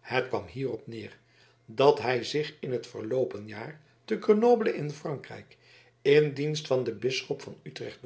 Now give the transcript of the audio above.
het kwam hierop neer dat hij zich in t verloopen jaar te grenoble in frankrijk in dienst van den bisschop van utrecht